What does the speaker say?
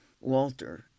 Walter